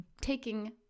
taking